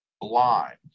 blind